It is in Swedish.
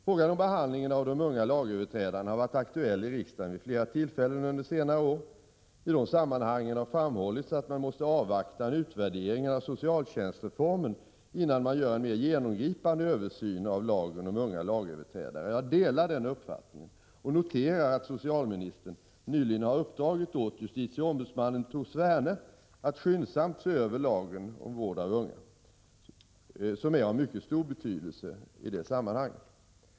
Frågan om behandlingen av de unga lagöverträdarna har varit aktuell i riksdagen vid flera tillfällen under senare år. I de sammanhangen har framhållits att man måste avvakta en utvärdering av socialtjänstreformen innan man gör en mer genomgripande översyn av lagen om unga lagöverträdare. Jag delar den uppfattningen och noterar att socialministern nyligen har uppdragit åt justitieombudsmannen Tor Sverne att skyndsamt se över lagen om vård av unga, som är av mycket stor betydelse i det sammanhanget.